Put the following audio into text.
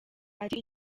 ati